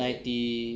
ninety